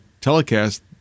telecast